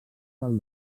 del